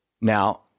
Now